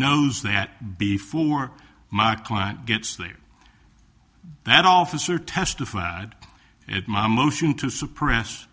knows that before my client gets there that officer testified at my motion to suppress